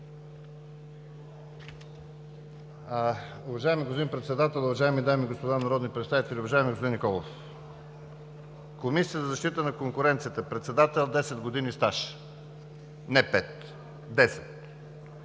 Уважаеми господин Председател, уважаеми дами и господа народни представители! Уважаеми господин Николов! Комисията за защита на конкуренцията – председател, с 10 години стаж, не пет,